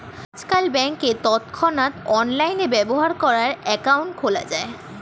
আজকাল ব্যাংকে তৎক্ষণাৎ অনলাইনে ব্যবহার করার অ্যাকাউন্ট খোলা যায়